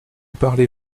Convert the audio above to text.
parlez